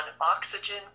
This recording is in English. oxygen